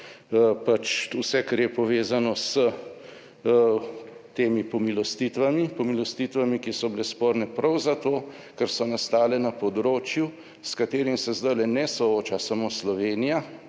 pač vse, kar je povezano s temi pomilostitvami. Pomilostitvami, ki so bile sporne prav zato, ker so nastale na področju s katerim se zdajle ne sooča samo Slovenija,